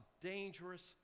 dangerous